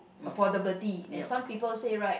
affordability and some people said right